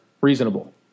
reasonable